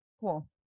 Cool